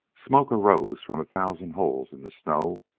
smoke arose from a thousand holes in the snow,